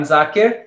Zakir